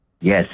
Yes